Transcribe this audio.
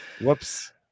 Whoops